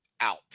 out